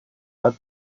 bat